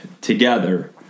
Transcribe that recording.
together